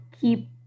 keep